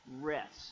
rest